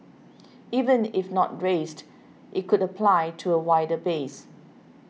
even if not raised it could apply to a wider base